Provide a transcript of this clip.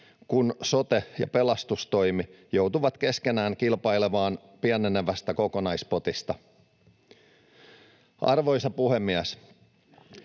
kun sote- ja pelastustoimi joutuvat keskenään kilpailemaan pienenevästä kokonaispotista. Arvoisa puhemies!